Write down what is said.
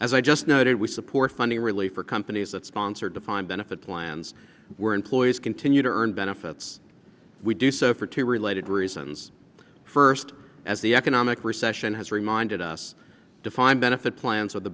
as i just noted we support funding relief for companies that sponsor defined benefit plans were employees continue to earn benefits we do so for two related reasons first as the economic recession has reminded us defined benefit plans are the